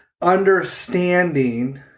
understanding